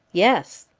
yes.